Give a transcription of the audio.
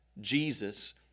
Jesus